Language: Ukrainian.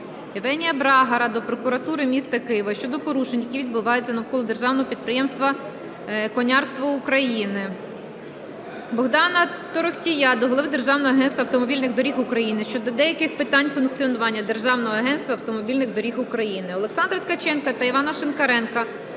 Євгенія Брагара до Прокуратури міста Києва щодо порушень, які відбуваються навколо Державного Підприємства "Конярство України". Богдана Торохтія до голови Державного агентства автомобільних доріг України щодо деяких питань функціонування Державного агентства автомобільних доріг України. Олександра Ткаченка та Івана Шинкаренка